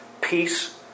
Peace